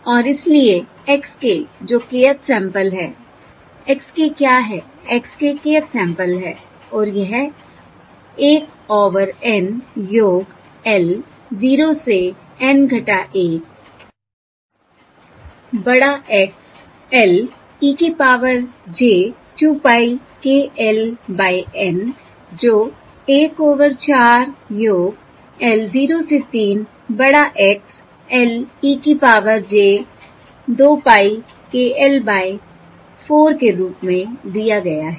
और इसलिए x k जो kth सैंपल है x k क्या है x k kth सैंपल है और यह 1 ओवर N योग l 0 से N - 1 बड़ा X l e की power j 2 pie k l by N जो 1 ओवर 4 योग l 0 से 3 बड़ा X l e की power j 2 pie k l by 4 के रूप में दिया गया है